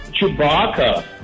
Chewbacca